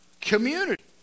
community